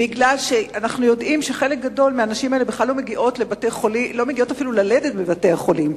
ואנחנו יודעים שחלק מהנשים האלה בכלל לא מגיעות אפילו ללדת בבתי-החולים.